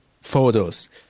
photos